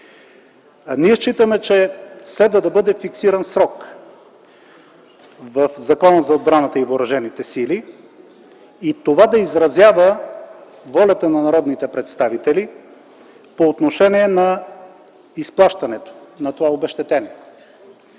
Ние считаме, че следва да бъде фиксиран срок в Закона за отбраната и въоръжените сили и това да изразява волята на народните представители по отношение на изплащането на това обезщетение.